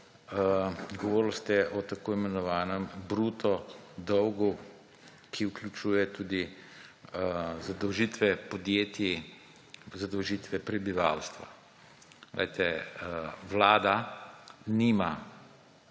Govorili ste o tako imenovanem bruto dolgu, ki vključuje tudi zadolžitve podjetij, zadolžitve prebivalstva. Poglejte,